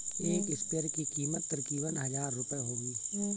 एक स्प्रेयर की कीमत तकरीबन हजार रूपए होगी